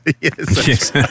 Yes